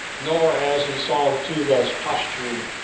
nor, as he saw the two thus postured,